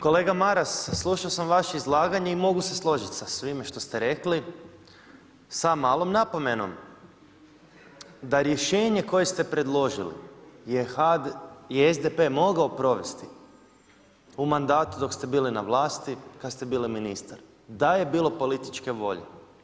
Kolega Maras, slušao sam vaše izlaganje i mogu se složiti sa svime što ste rekli sa malom napomenom da rješenje koje ste predložili je SDP mogao provesti u mandatu dok ste bili na vlasti kad ste bili ministar da je bilo političke volje.